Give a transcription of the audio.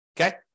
Okay